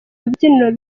rubyiniro